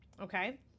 okay